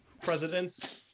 presidents